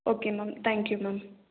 okay ma'am thank you ma'am